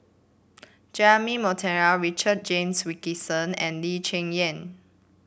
Jeremy Monteiro Richard James Wilkinson and Lee Cheng Yan